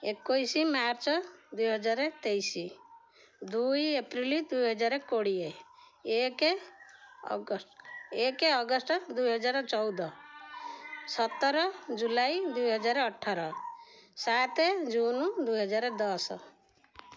ଏକୋଇଶ ମାର୍ଚ୍ଚ ଦୁଇହଜାର ତେଇଶ ଦୁଇ ଏପ୍ରିଲ ଦୁଇହଜାର କୋଡ଼ିଏ ଏକ ଅଗଷ୍ଟ ଏକ ଅଗଷ୍ଟ ଦୁଇହଜାର ଚଉଦ ସତର ଜୁଲାଇ ଦୁଇହଜାର ଅଠର ସାତ ଜୁନ ଦୁଇହଜାର ଦଶ